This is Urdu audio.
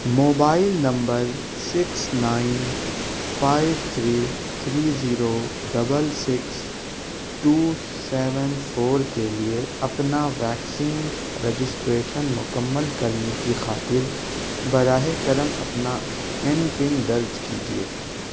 mobile number six nine five three three zero double six two seven four کے لیے اپنا ویکسین رجسٹریشنن مکمل کرنے کی خاطر براہِ کرم اپنا ایم پن درج کیجیے